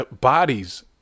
Bodies